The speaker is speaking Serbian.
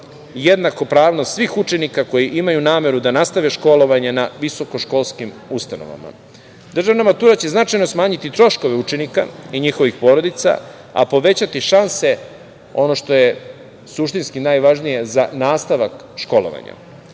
jednako pravo svih učenika koji imaju nameru da nastave školovanje na visokoškolskim ustanovama. Državna matura će značajno smanjiti troškove učenika i njihovih porodica, a povećati šanse, ono što je suštinski najvažnije za nastavak školovanja. Što